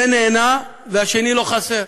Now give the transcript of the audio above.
זה נהנה והשני לא חסר.